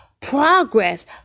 progress